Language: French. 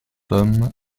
homme